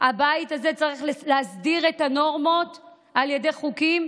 הבית הזה צריך להסדיר את הנורמות על ידי חוקים,